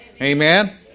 Amen